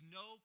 no